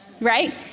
Right